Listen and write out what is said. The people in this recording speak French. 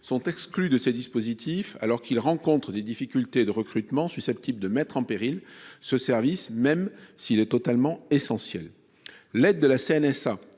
sont exclus de ces dispositifs, alors qu'ils rencontrent des difficultés de recrutement susceptibles de mettre en péril ce service tout à fait essentiel. L'aide de la